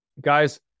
guys